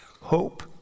Hope